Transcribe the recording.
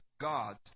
God's